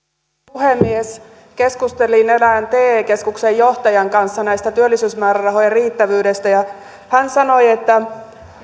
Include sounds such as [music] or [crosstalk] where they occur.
puhemies keskustelin erään te keskuksen johtajan kanssa näiden työllisyysmäärärahojen riittävyydestä ja hän sanoi että [unintelligible]